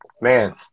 Man